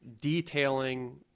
detailing